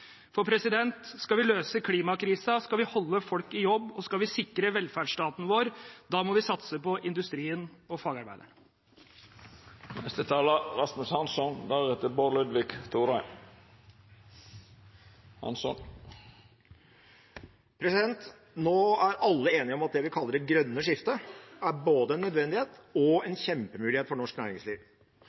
For skal vi løse klimakrisen, skal vi holde folk i jobb, og skal vi sikre velferdsstaten vår, må vi satse på industrien og fagarbeiderne. Nå er alle enige om at det vi kaller det grønne skiftet, er både en nødvendighet og en kjempemulighet for norsk næringsliv.